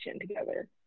together